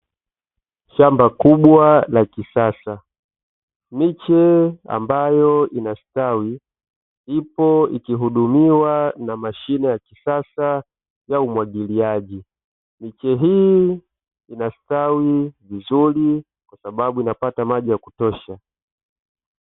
Shamba kubwa la kisasa. Miche ambayo inastawi ipo ikihudumiwa na mashine ya kisasa ya umwagiliaji. Miche hii inastawi vizuri kwa sababu inapata maji ya kutosha.